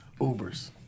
Ubers